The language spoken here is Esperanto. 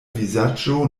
vizaĝo